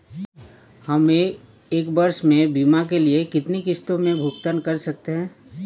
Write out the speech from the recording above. हम एक वर्ष में बीमा के लिए कितनी किश्तों में भुगतान कर सकते हैं?